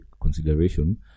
consideration